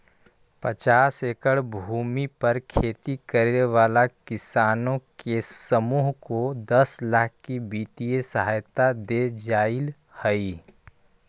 पचास एकड़ भूमि पर खेती करे वाला किसानों के समूह को दस लाख की वित्तीय सहायता दे जाईल हई